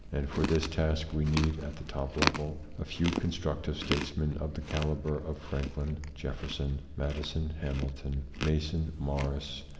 and for this task we need, at the top level, a few constructive statesmen of the caliber of franklin, jefferson, madison, hamilton, mason, morris,